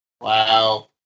Wow